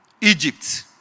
Egypt